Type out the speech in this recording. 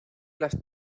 las